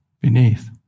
beneath